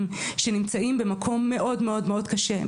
שנמצאים במקום מאוד מאוד מאוד קשה,